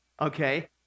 okay